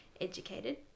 educated